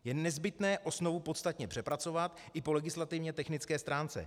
Je nezbytné osnovu podstatně přepracovat i po legislativně technické stránce.